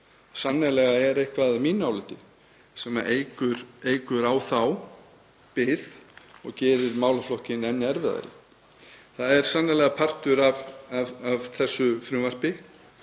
Sannarlega er eitthvað að mínu áliti sem eykur á þá bið og gerir málaflokkinn enn erfiðari. Það er sannarlega partur af þessu frumvarpi.